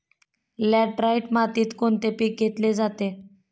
Laterite मातीत कोणते पीक घेतले जाते?